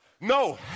No